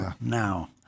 now